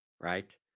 right